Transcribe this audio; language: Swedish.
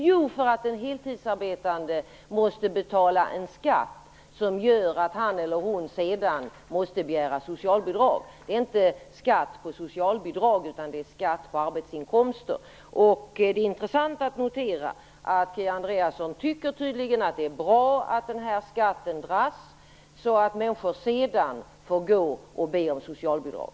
Jo, för att den heltidsarbetande måste betala en skatt som gör att han eller hon sedan måste begära socialbidrag. Det är inte skatt på socialbidrag, utan det är skatt på arbetsinkomster. Det är intressant att notera att Kia Andreasson tydligen tycker att det är bra att den här skatten dras, så att människor sedan får gå och be om socialbidrag.